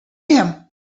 him